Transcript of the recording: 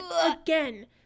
again